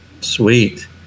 Sweet